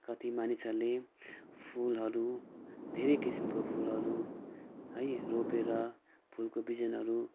कति मानिसहरूले फुलहरू धेरै किसिमको फुलहरू है रोपेर फुलको बिजनहरू